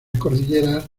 cordilleras